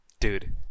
Dude